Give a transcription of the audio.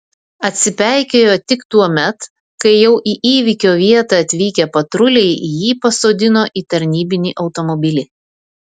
atsipeikėjo tik tuomet kai jau į įvykio vietą atvykę patruliai jį pasodino į tarnybinį automobilį